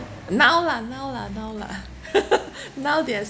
now lah now lah now lah now they are